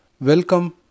Welcome